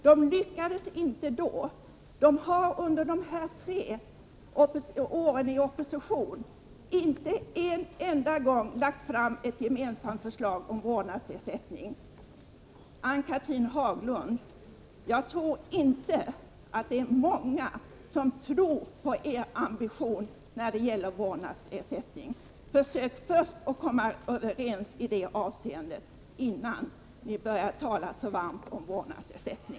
De lyckades inte då, och de har under dessa tre år i opposition inte en enda gång lagt fram ett gemensamt förslag om vårdnadsersättning. Ann-Cathrine Haglund! Jag tror inte att det är många som tror på er ambition när det gäller vårdnadsersättning. Försök först komma överens i det avseendet, innan ni börjar tala så varmt för en sådan ersättning.